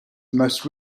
most